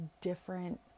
different